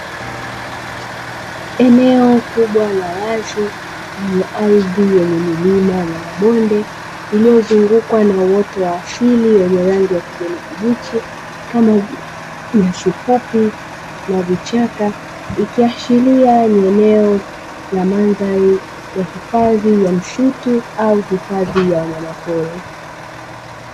Eneo kubwa la wazi, lenye ardhi yenye milima na mabonde lililozungukwa na uoto wa asili wenye rangi ya kijani kibichi. Kama vile nyasi fupi na vichaka, ikiashiria ni eneo la mandhari ya hifadhi ya misitu au hifadhi ya wanyama pori.